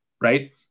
right